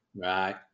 Right